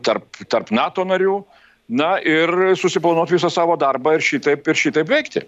tarp tarp nato narių na ir susiplanuoti visą savo darbą ar šitaip šitaip veikti